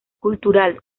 cultural